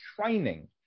training